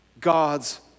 God's